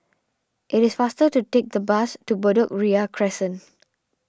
it is faster to take the bus to Bedok Ria Crescent